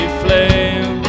flame